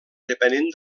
depenent